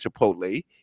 Chipotle